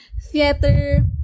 theater